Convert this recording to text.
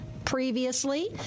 previously